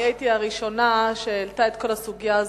אני הייתי הראשונה שהעלתה את כל הסוגיה הזאת,